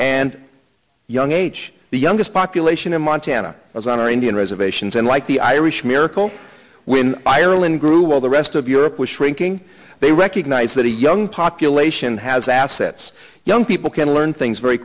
and young age the youngest population in montana was on our indian reservations and like the irish miracle when ireland grew while the rest of europe was shrinking they recognise that a young population has assets young people can learn things very